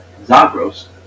Zagros